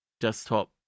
desktop